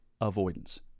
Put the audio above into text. avoidance